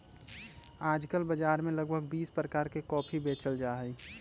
आजकल बाजार में लगभग बीस प्रकार के कॉफी बेचल जाहई